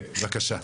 כן, בבקשה.